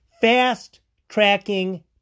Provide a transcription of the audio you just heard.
Fast-tracking